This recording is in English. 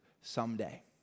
someday